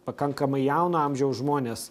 pakankamai jauno amžiaus žmonės